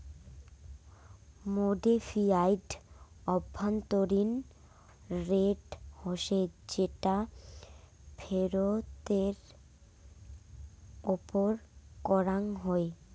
modified আভ্যন্তরীণ rate হসে যেটা ফেরতের ওপর করাঙ হই